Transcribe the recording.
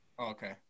Okay